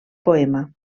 poema